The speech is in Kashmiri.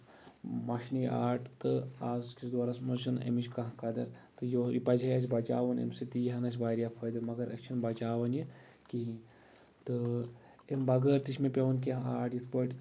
مَشنہِ آرٹ تہٕ أزکِس دورَس منٛز چھ نہٕ اَمِچ کانٛہہ قَدٕر تہِ یہِ پَزِ ہا اَسہِ بَچاوُن امہِ سۭتۍ تہٕ یہِ یٖہا اَسہِ واریاہ فٲیدٕ مَگر أسۍ چھِ نہٕ بَچاوان یہِ کِہینۍ تہٕ اَمہِ بغٲر تہِ چھُ مےٚ پیوان کیٚنٛہہ آرٹ تِتھ پٲٹھۍ